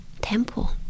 temple